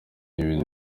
ibintu